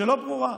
לא ברורות.